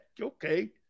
okay